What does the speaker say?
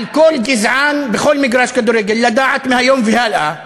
על כל גזען בכל מגרש כדורגל לדעת מהיום והלאה